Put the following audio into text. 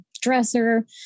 dresser